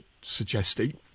suggesting